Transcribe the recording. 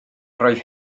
roedd